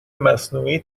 مصنوعی